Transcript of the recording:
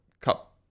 Cup